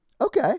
Okay